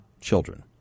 children